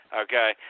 Okay